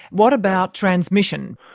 what about transmission?